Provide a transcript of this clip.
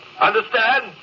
Understand